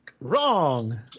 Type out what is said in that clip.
wrong